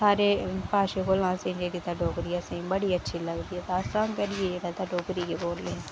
सारें भाषें कौला असेंगी जेह्ड़ी डोगरी असेंगी बड़ी अच्छी लगदी ऐ ते अस तां करियै ज्यादा डोगरी गै बोलने आं